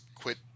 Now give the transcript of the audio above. quit